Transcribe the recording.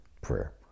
prayer